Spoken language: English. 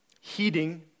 Heeding